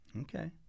Okay